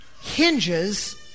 hinges